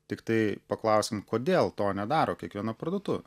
tiktai paklausim kodėl to nedaro kiekviena parduotuvė